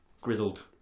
grizzled